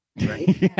Right